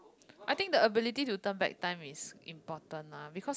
I think the ability to turn back time is important lah because